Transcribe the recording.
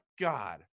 God